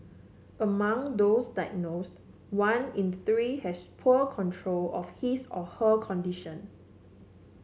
among those diagnosed one in three has poor control of his or her condition